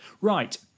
Right